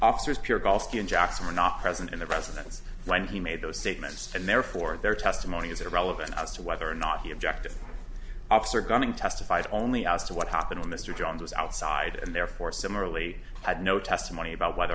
were not present in the residence when he made those statements and therefore their testimony is irrelevant as to whether or not he objected officer gunning testified only as to what happened when mr jones was outside and therefore similarly had no testimony about whether